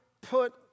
put